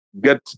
get